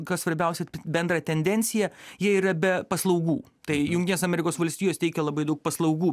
kas svarbiausia bendrą tendenciją jie yra be paslaugų tai jungtinės amerikos valstijos teikia labai daug paslaugų